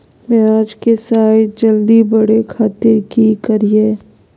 प्याज के साइज जल्दी बड़े खातिर की करियय?